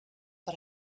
but